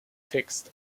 fixed